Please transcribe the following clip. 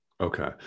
Okay